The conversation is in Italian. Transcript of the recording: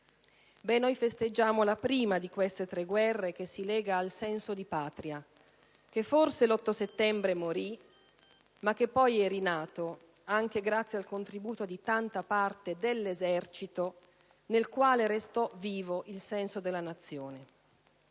noi celebriamo la prima di queste tre guerre, che si lega al senso di Patria che forse l'8 settembre morì, ma che poi è rinato anche grazie al contributo di tanta parte delle Forze armate, nelle quali restò vivo il senso della Nazione.